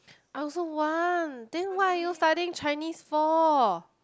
I also want then what are you fighting Chinese for